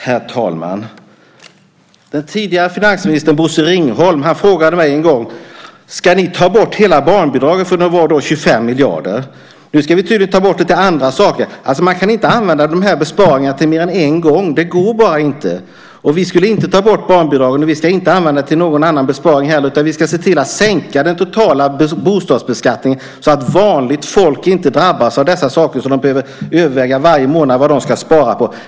Herr talman! Den tidigare finansministern Bosse Ringholm frågade mig en gång: Ska ni ta bort hela barnbidraget? Det var då 25 miljarder. Nu ska vi tydligen ta bort lite andra saker. Man kan inte använda de här besparingarna mer än en gång. Det går bara inte. Vi skulle inte ta bort barnbidragen. Vi ska inte använda det till någon annan besparing heller, utan vi ska se till att sänka den totala bostadsbeskattningen, så att vanligt folk inte drabbas av dessa saker, så att de inte behöver överväga varje månad vad de ska spara på.